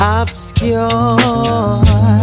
obscure